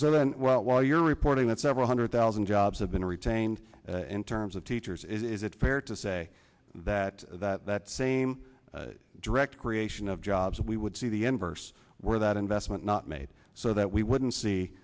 so then well you're reporting that several hundred thousand jobs have been retained in terms of teachers is it fair to say that that that same direct creation of jobs we would see the inverse where that investment not made so that we wouldn't